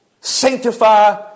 sanctify